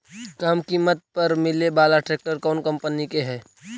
कम किमत पर मिले बाला ट्रैक्टर कौन कंपनी के है?